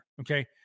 okay